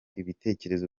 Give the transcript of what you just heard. ibitekerezo